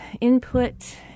input